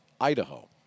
Idaho